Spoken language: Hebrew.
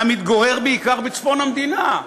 המתגורר בעיקר בצפון המדינה.